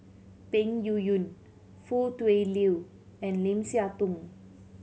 Peng Yuyun Foo Tui Liew and Lim Siah Tong